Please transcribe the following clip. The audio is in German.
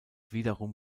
wiederum